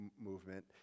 movement